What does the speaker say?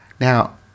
Now